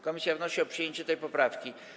Komisja wnosi o przyjęcie tej poprawki.